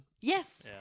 Yes